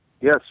yes